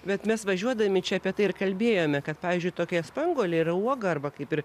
bet mes važiuodami čia apie tai ir kalbėjome kad pavyzdžiui tokia spanguolė yra uoga arba kaip ir